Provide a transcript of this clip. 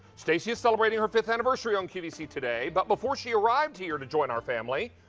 stacey is celebrating her fifth anniversary on qvc today. but before she arrived here to join our family,